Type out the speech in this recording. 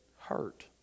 hurt